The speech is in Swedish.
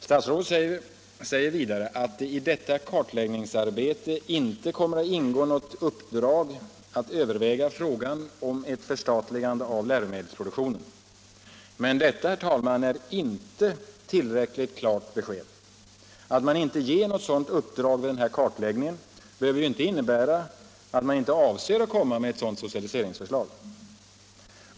Statsrådet säger vidare att det i detta kartläggningsarbete inte kommer att ingå något uppdrag att överväga frågan om ett förstatligande av läromedelsproduktionen. Men detta, herr talman, är inte tillräckligt klart besked. Att man inte ger något sådant uppdrag vid kartläggningen behöver inte innebära att man inte avser att komma med ett socialiseringsförslag.